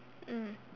mm